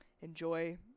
Enjoy